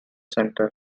centre